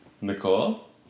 Nicole